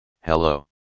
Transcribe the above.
hello